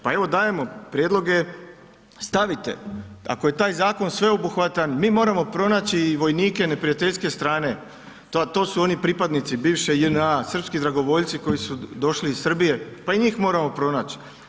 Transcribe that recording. Pa evo, dajemo prijedloge, stavite, ako je taj zakon sveobuhvatan, mi moramo pronaći i vojnike neprijateljske strane, a to su oni pripadnici bivše JNA, srpski dragovoljci koji su došli iz Srbije, pa i njih moramo pronaći.